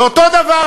ואותו הדבר,